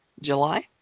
July